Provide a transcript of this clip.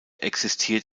existiert